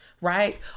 right